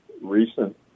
recent